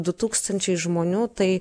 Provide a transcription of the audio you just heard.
du tūkstančiai žmonių tai